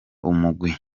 umugwi